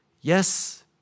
Yes